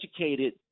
educated